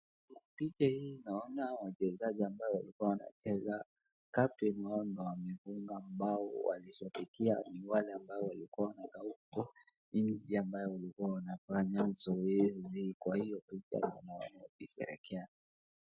Picha hii naona wachezaji ambao walikuwa wanacheza captain wao amefunga bao wakisherekea, wale ambao walikuwa wanakaa huko, hii ambayo walikuwa wanafanya zoezi kwa hiyo picha naona wakisherekea.